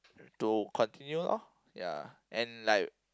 to continue loh ya and like